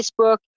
Facebook